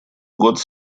год